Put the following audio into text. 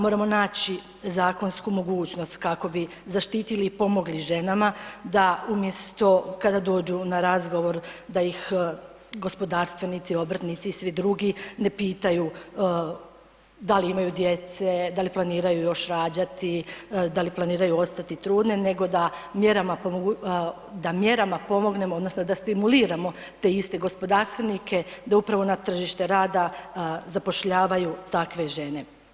Moramo naći zakonsku mogućnost kako bi zaštitili i pomogli ženama da umjesto kada dođu na razgovor da ih gospodarstvenici, obrtnici i svi drugi ne pitaju da li imaju djece, da li planiraju još rađati, da li planiraju ostati trudne nego da mjerama pomognemo odnosno da stimuliramo te iste gospodarstvenike da upravo na tržište rada zapošljavaju takve žene.